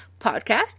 podcast